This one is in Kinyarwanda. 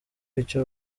icyo